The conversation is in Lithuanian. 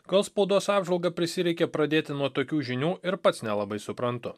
kol spaudos apžvalga prisireikė pradėti nuo tokių žinių ir pats nelabai suprantu